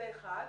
זה אחד.